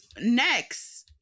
next